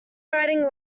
writing